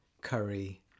curry